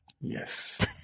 Yes